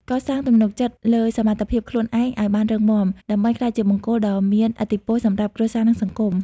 កសាងទំនុកចិត្តលើសមត្ថភាពខ្លួនឯងឱ្យបានរឹងមាំ ដើម្បីក្លាយជាបង្គោលដ៏មានឥទ្ធិពលសម្រាប់គ្រួសារ និងសង្គម។